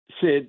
Sid